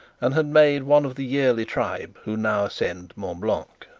and had made one of the yearly tribe who now ascend mont blanc.